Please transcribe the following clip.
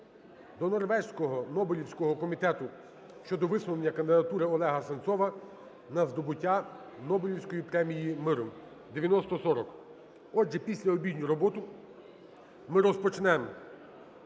до Норвезького Нобелівського комітету щодо висунення кандидатури Олега Сенцова на здобуття Нобелівської премії миру (9040). Отже, післяобідню роботу ми розпочнемо